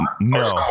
No